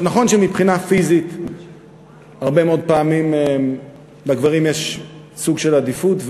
נכון שמבחינה פיזית הרבה מאוד פעמים לגברים יש סוג של עדיפות,